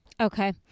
Okay